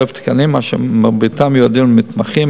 1,000 תקנים שמרביתם מיועדים למתמחים,